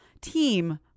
team